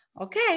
okay